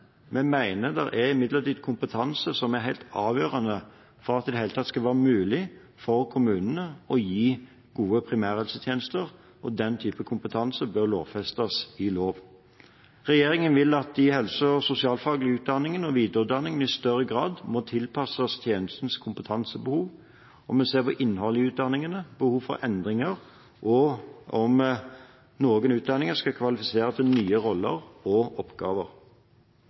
vi mener det er kompetanse som er helt avgjørende for at det i det hele tatt skal være mulig for kommunene å gi gode primærhelsetjenester. Den type kompetanse bør lovfestes. Regjeringen vil at de helse- og sosialfaglige utdanningene og videreutdanningen i større grad må tilpasses tjenestens kompetansebehov. Vi vil se på innholdet i utdanningene, behovet for endringer og om noen utdanninger skal kvalifisere til nye roller og oppgaver.